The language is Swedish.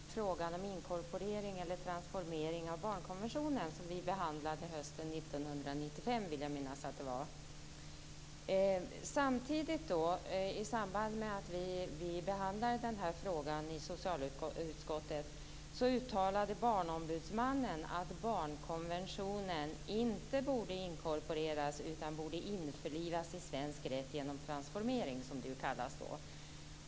Herr talman! Jag skulle vilja påminna Stig Sandström om ett par saker när det gäller frågan om inkorporering eller transformering av barnkonventionen som vi behandlade hösten 1995, vill jag minnas att det var. I samband med att vi behandlade den här frågan i socialutskottet uttalade Barnombudsmannen att barnkonventionen inte borde inkorporeras utan att den borde införlivas i svensk rätt genom transformering, som det kallas då.